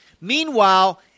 Meanwhile